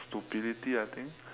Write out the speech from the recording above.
stupidity I think